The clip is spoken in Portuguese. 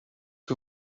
que